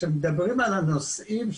כשמדברים על הנושאים,